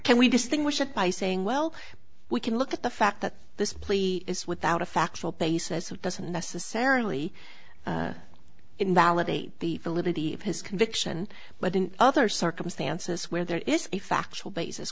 can we distinguish it by saying well we can look at the fact that this plea is without a factual basis it doesn't necessarily invalidate the validity of his conviction but in other circumstances where there is a factual basis